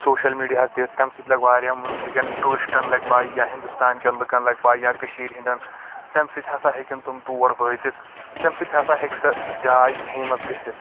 social میٖڈیاہس دِتھ تَمہِ سۭتۍ لگہِ واریاہ مُلکہٕ کٮ۪ن ٹیوٗرِسٹن لگہِ پے یا ہِنٛدوستانکٮ۪ن لُکن لگہِ پے یا کٔشیٖر ۂنٛدٮ۪ن تَمہِ سۭتۍ ہسا ہٮ۪کن تِم تور وأتِتھ تَمہِ سۭتۍ تہِ ہسا ہیٚکہِ سۄ جاے فیمس گٔژھِتھ